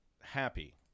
happy